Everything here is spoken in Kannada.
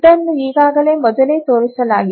ಇದನ್ನು ಈಗಾಗಲೇ ಮೊದಲೇ ತೋರಿಸಲಾಗಿದೆ